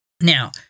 Now